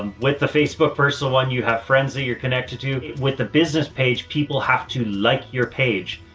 um with the facebook personal one, you have friends that you're connected to. with the business page, people have to like your page.